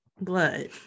blood